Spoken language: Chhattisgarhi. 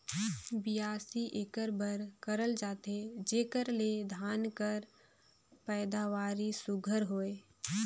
बियासी एकर बर करल जाथे जेकर ले धान कर पएदावारी सुग्घर होए